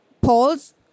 polls